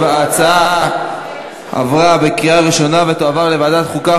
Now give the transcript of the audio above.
ההצעה עברה בקריאה ראשונה ותועבר לוועדת החוקה,